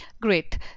Great